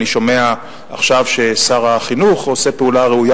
אני שומע עכשיו ששר החינוך עושה פעולה ראויה